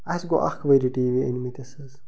اسہِ گوٚو اکھ ؤری ٹی وی أنہِ مٕتِس حظ